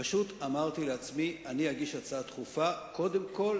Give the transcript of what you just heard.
פשוט אמרתי לעצמי: אני אגיש הצעה דחופה קודם כול